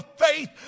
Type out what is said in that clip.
faith